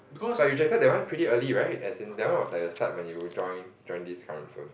but you that one pretty early right as in that one was like the start when you join join this current firm